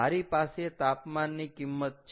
મારી પાસે તાપમાનની કિંમત છે